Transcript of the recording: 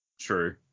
true